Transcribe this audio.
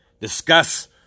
discuss